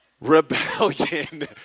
Rebellion